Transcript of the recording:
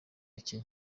kenya